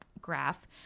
graph